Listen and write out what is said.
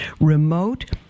remote